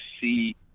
see